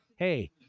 Hey